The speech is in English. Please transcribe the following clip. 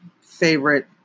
favorite